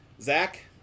Zach